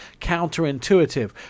counterintuitive